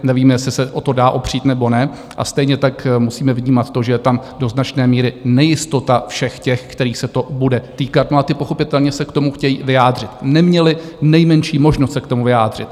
Nevíme, jestli se o to dá opřít, nebo ne, a stejně tak musíme vnímat to, že je tam do značné míry nejistota všech těch, kterých se to bude týkat, a ti pochopitelně se k tomu chtějí vyjádřit neměli nejmenší možnost se k tomu vyjádřit.